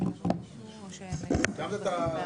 מי נגד?